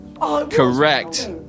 Correct